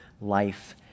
life